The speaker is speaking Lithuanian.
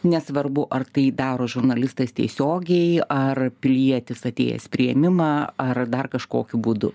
nesvarbu ar tai daro žurnalistas tiesiogiai ar pilietis atėjęs priėmimą ar dar kažkokiu būdu